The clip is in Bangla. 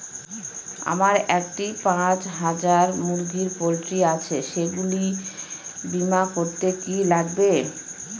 আমার একটি পাঁচ হাজার মুরগির পোলট্রি আছে সেগুলি বীমা করতে কি লাগবে?